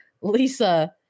lisa